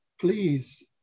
please